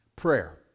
Prayer